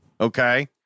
Okay